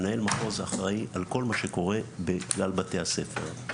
מנהל מחוז אחראי על כל מה שקורה בכלל בתי הספר,